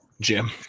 Jim